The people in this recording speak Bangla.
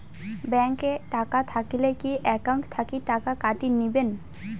ব্যাংক এ টাকা থাকিলে কি একাউন্ট থাকি টাকা কাটি নিবেন?